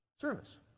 service